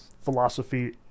philosophy